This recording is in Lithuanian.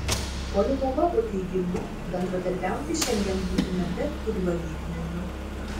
politologo teigimu bendradarbiauti šiandien būtina bet kuriuo lygmeniu